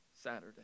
Saturday